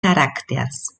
charakters